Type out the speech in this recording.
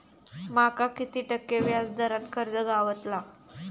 माका किती टक्के व्याज दरान कर्ज गावतला?